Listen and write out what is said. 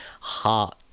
heart